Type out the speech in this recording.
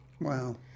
Wow